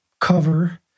cover